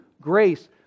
grace